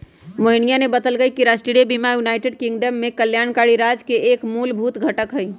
मोहिनीया ने बतल कई कि राष्ट्रीय बीमा यूनाइटेड किंगडम में कल्याणकारी राज्य के एक मूलभूत घटक हई